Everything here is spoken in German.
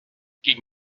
gegen